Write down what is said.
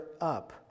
up